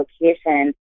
location